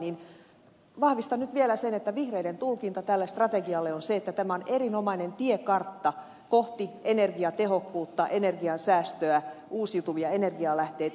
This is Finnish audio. vahvistan nyt vielä sen että vihreiden tulkinta tälle strategialle on se että tämä on erinomainen tiekartta kohti energiatehokkuutta energiansäästöä uusiutuvia energialähteitä